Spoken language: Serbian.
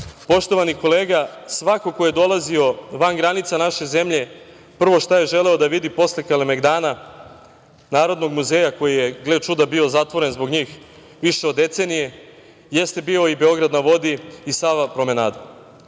promenadu. Poštovani kolega, svako ko je dolazio van granica naše zemlje, prvo šta je želeo da vidi posle Kalemegdana, Narodnog muzeja koji je, gle čuda, bio zatvoren zbog njih više od decenije jeste bio i „Beograd na vodi“ i Sava promenada. To